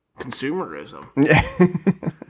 consumerism